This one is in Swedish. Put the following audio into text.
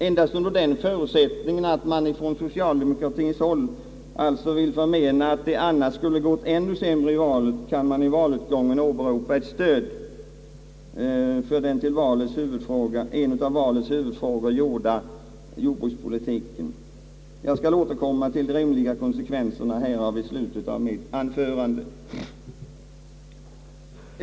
Endast under den förutsättningen att man från socialdemokratiskt håll vill förmena, att det annars hade gått ännu sämre, kan man i valutgången åberopa ett stöd för den till en av valets huvudfrågor gjorda jordbrukspolitiken. Jag skall återkomma till de rimliga konsekvenserna härav i slutet av mitt anförande.